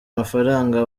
amafaranga